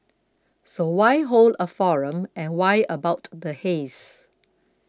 so why hold a forum and why about the haze